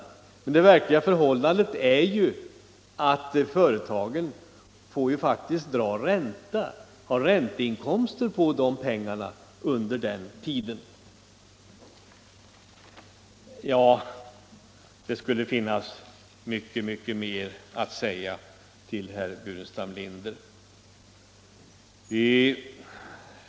Det verkliga förhållandet är ju att företagen faktiskt har ränteinkomster på de pengarna under den tiden. Det skulle finnas mycket, mycket mer att säga till herr Burenstam Linder.